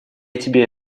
тебе